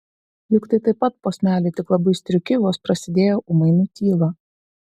juk tai taip pat posmeliai tik labai striuki vos prasidėję ūmai nutyla